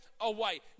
away